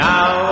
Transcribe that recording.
Now